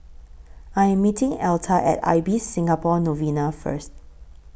I Am meeting Elta At Ibis Singapore Novena First